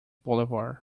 boulevard